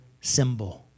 symbol